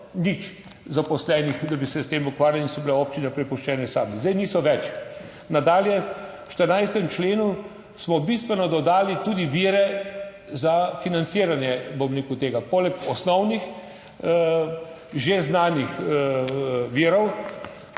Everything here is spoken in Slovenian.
nič zaposlenih, da bi se s tem ukvarjali in so bile občine prepuščene sami - zdaj niso več. Nadalje v 14. členu smo bistveno dodali tudi vire za financiranje, bom rekel, tega, poleg osnovnih, že znanih virov,